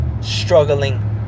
struggling